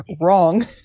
wrong